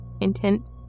Intent